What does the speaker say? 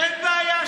איזו מהות?